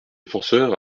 défenseur